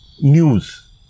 news